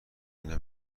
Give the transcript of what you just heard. اینا